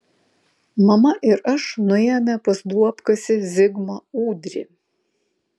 mama ir aš nuėjome pas duobkasį zigmą ūdrį